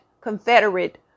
Confederate